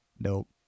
Nope